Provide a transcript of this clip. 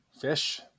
fish